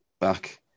back